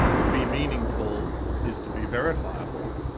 to be meaningful is to be verifiable.